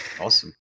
Awesome